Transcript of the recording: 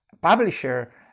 publisher